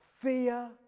Fear